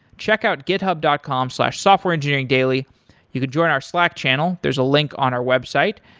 check out github dot com slash softwareengineeringdaily. you could join our slack channel. there's a link on our website,